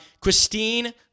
Christine